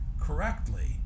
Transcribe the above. correctly